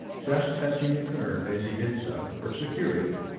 just touching the curb, as he did so, for security.